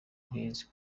nk’izi